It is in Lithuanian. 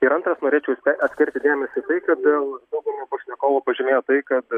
ir antras norėčiau atkreipti dėmesį į tai kodėl dauguma pašnekovų pažymėjo tai kad